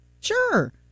sure